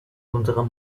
unsere